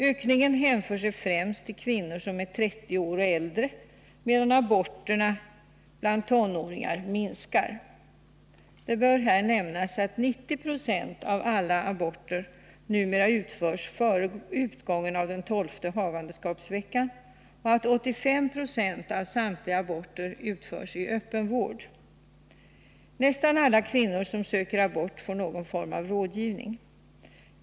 Ökningen hänför sig främst till kvinnor som är 30 år och äldre, medan aborterna bland tonåringar minskar. Det bör här nämnas, att 90 96 av alla aborter numera utförs före utgången av den tolfte havandeskapsveckan och att 85 96 av samtliga aborter utförs i öppen vård. Nästan alla kvinnor som söker abort får någon form av rådgivning.